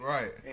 Right